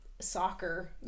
soccer